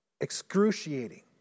Excruciating